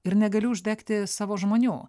ir negaliu uždegti savo žmonių